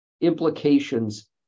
implications